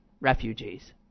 refugees